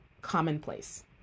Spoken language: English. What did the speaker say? commonplace